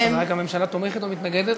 אז הממשלה תומכת או מתנגדת?